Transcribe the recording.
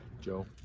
Joe